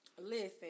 Listen